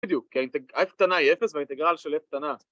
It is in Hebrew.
בדיוק, כי ה-f קטנה היא 0 והאינטגרל של f קטנה